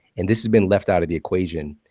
and this has been left out of the equation.